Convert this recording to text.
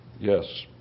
Yes